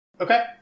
Okay